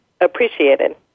Appreciated